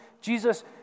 Jesus